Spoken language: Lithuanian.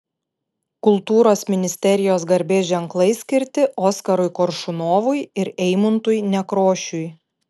kultūros ministerijos garbės ženklai skirti oskarui koršunovui ir eimuntui nekrošiui